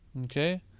okay